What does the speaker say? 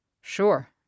Sure